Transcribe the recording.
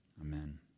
Amen